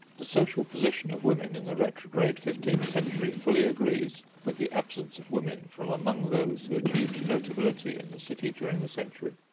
the social position of women in the retrograde fifteenth century fully agrees with the absence of women from among those who achieved notability in the city during the century.